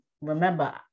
remember